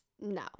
no